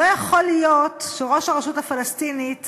לא יכול להיות שראש הרשות הפלסטינית